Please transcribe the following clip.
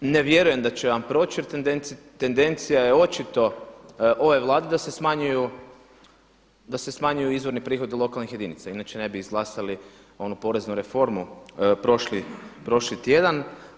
Ne vjerujem da će vam proći jer tendencija je očito ove Vlade da se smanjuju izvorni prihodi lokalnih jedinica, inače ne bi izglasali onu poreznu reformu prošli tjedan.